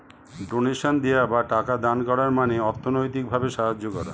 ডোনেশনে দেওয়া বা টাকা দান করার মানে অর্থনৈতিক ভাবে সাহায্য করা